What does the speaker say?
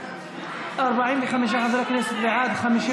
תושבותו של פעיל טרור שמקבל תגמול עבור ביצוע מעשה הטרור,